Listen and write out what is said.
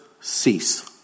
cease